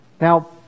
Now